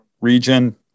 region